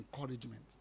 encouragement